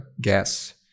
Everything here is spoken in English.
guess